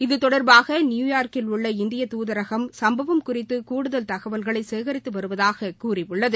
இது தொடர்பாக நியுயார்க்கில் உள்ள இந்திய தூதரகம் சும்பவம் குறித்து கூடுதல் தகவல்களை சேகரித்து வருவதாகக் கூறியுள்ளது